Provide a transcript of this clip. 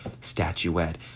statuette